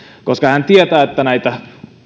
koska hän tietää että näitä